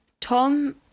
tom